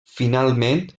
finalment